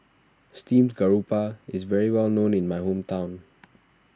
Steamed Garoupa is well known in my hometown